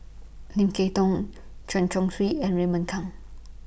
Lim Kay Tong Chen Chong Swee and Raymond Kang